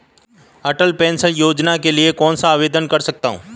अटल pension योजना के लिए कौन आवेदन कर सकता है?